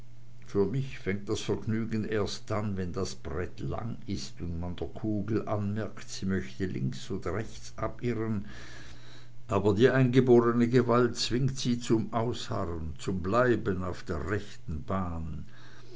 für mich fängt das vergnügen erst an wenn das brett lang ist und man der kugel anmerkt sie möchte links oder rechts abirren aber die eingeborene gewalt zwingt sie zum ausharren zum bleiben auf der rechten bahn